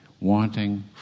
wanting